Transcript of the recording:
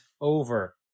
over